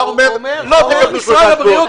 אתה אומר: לא תקבלו שלושה שבועות.